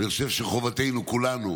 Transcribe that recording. אני חושב שחובתנו כולנו